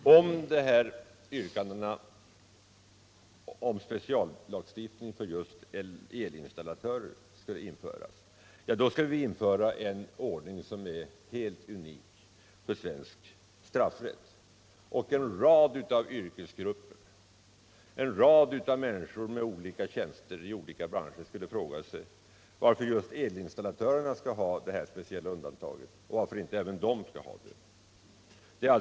Om en speciallagstiftning för just elinstallatörerna skulle införas, skulle vi få en ordning som vore helt unik för svensk straffrätt. En rad yrkesgrupper och en rad människor med olika tjänster inom olika branscher skulle fråga sig varför just elinstallatörerna skulle bli föremål för detta speciella undantag och varför det inte skulle gälla även andra.